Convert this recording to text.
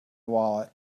wallet